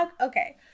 Okay